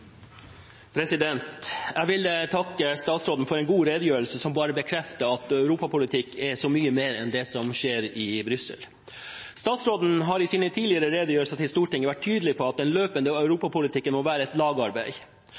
Jeg vil takke statsråden for en god redegjørelse, som bekrefter at europapolitikk er så mye mer enn det som skjer i Brussel. Statsråden har i sine tidligere redegjørelser til Stortinget vært tydelig på at den løpende europapolitikken må være et lagarbeid.